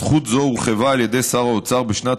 זכות זו הורחבה על ידי שר האוצר בשנת